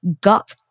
gut